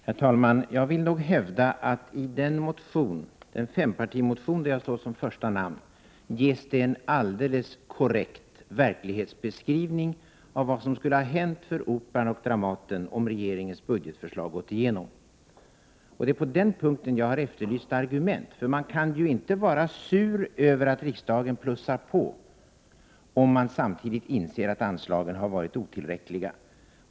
Herr talman! Jag vill nog hävda att det i den fempartimotion där jag står som första namn ges en alldeles korrekt verklighetsbeskrivning av vad som skulle ha hänt för Operan och Dramaten, om regeringens budgetförslag gått igenom. Det är på den punkten jag har efterlyst argument, för man kan ju inte vara sur över att riksdagen plussar på, om man samtidigt inser att anslagen har varit otillräckliga.